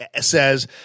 says